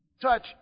touch